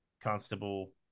Constable